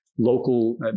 local